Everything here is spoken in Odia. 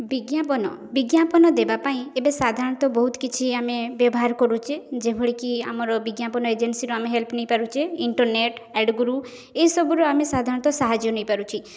ବିଜ୍ଞାପନ ବିଜ୍ଞାପନ ଦେବାପାଇଁ ଏବେ ସାଧାରଣତଃ ବହୁତ କିଛି ଆମେ ବ୍ୟବହାର କରୁଛେ ଯେଭଳିକି ଆମର ବିଜ୍ଞାପନ ଏଜେନ୍ସିର ଆମେ ହେଲ୍ପ ନେଇପାରୁଛେ ଇଣ୍ଟରନେଟ୍ ଆଡ଼୍ ଗୁରୁ ଏଇସବୁରୁ ଆମେ ସାଧାରଣତଃ ସାହାଯ୍ୟ ନେଇପାରୁଛି